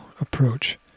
approach